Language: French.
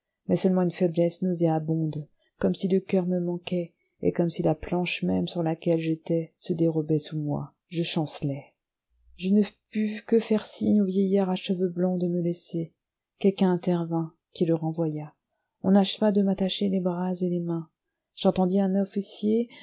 mais seulement une faiblesse nauséabonde comme si le coeur me manquait et comme si la planche même sur laquelle j'étais se dérobait sous moi je chancelais je ne pus que faire signe au vieillard à cheveux blancs de me laisser quelqu'un intervint qui le renvoya on acheva de m'attacher les bras et les mains j'entendis un officier